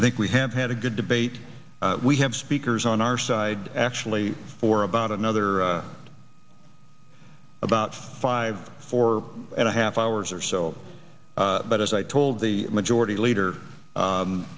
i think we have had a good debate we have speakers on our side actually for about another about five four and a half hours or so but as i told the majority leader